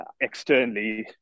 externally